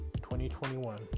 2021